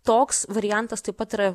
toks variantas taip pat yra